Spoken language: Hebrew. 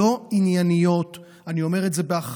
לא ענייניות, אני אומר את זה באחריות.